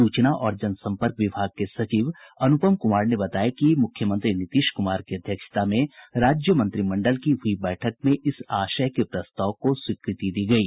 सूचना और जनसंपर्क विभाग के सचिव अनुपम कुमार ने बताया कि मुख्यमंत्री नीतीश कुमार की अध्यक्षता में राज्य मंत्रिमंडल की हुई बैठक में इस आशय के प्रस्ताव को स्वीकृति दी गयी